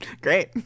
Great